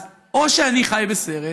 אז או שאני חי בסרט